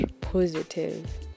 positive